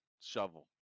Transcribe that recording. shovel